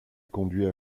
conduit